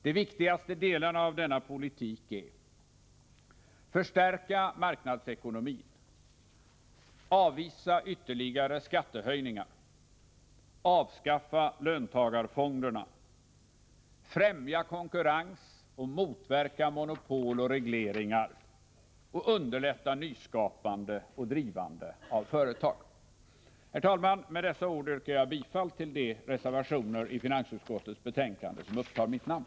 De viktigaste delarna av denna politik är: förstärka marknadsekonomin, avvisa ytterligare skattehöjningar, främja konkurrens och motverka monopol och regleringar samt underlätta nyskapande och drivande av företag. Herr talman! Med dessa ord yrkar jag bifall till de reservationer i finansutskottets betänkande som upptar mitt namn.